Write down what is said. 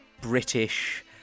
british